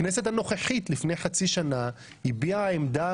הכנסת הנוכחית לפני חצי שנה הביעה עמדה